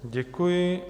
Děkuji.